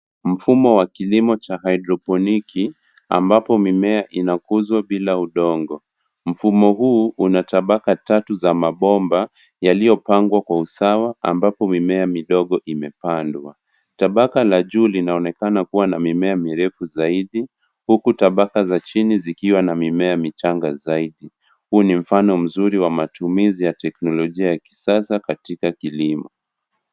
Mfumo wa kilimo cha haidroponiki, ambapo mimea inakuzwa bila udongo. Mfumo huu una tabaka tatu za mabomba, yaliyopangwa kwa usawa ambapo mimea midogo imepandwa. Tabaka la juu linaonekana kuwa na mimea mirefu zaidi, huku tabaka za chini zikiwa na mimea michanga zaidi. Huu ni mfano mzuri wa matumizi yateknolojia ya kisasa katika kilimo.